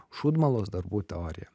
šūdmalos darbų teorija